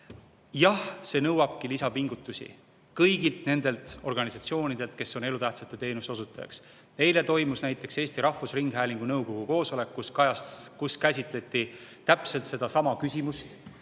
Jah, see nõuabki lisapingutusi kõigilt nendelt organisatsioonidelt, kes on elutähtsate teenuste osutajad. Eile toimus näiteks Eesti Rahvusringhäälingu nõukogu koosolek, kus käsitleti täpselt sedasama küsimust: